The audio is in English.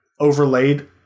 overlaid